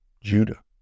Judah